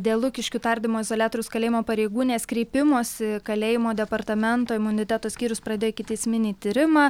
dėl lukiškių tardymo izoliatoriaus kalėjimo pareigūnės kreipimosi kalėjimų departamento imuniteto skyrius pradėjo ikiteisminį tyrimą